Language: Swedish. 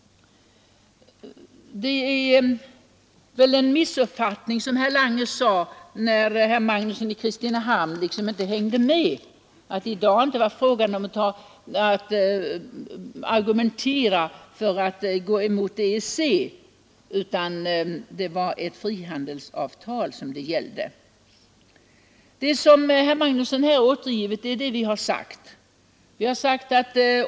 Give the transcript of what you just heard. Det är väl som herr Lange sade att herr Magnusson i Kristinehamn liksom inte hängde med; det är i dag inte fråga om att argumentera för att gå emot EEC utan det gäller ett frihandelsavtal. Det herr Magnusson i Kristinehamn här återgivit är vad vi har sagt.